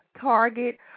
Target